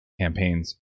campaigns